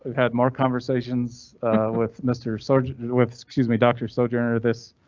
had more conversations with mr serge with excuse, me, doctor sojourner, this.